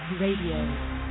Radio